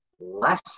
less